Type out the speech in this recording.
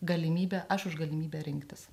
galimybę aš už galimybę rinktis